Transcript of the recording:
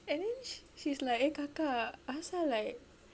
and then she's like eh kakak asal like